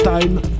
time